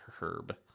herb